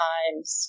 Times